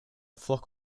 flock